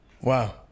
Wow